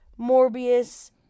Morbius